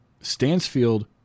Stansfield